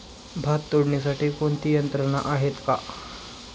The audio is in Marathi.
भात तोडण्यासाठी कोणती यंत्रणा आहेत का?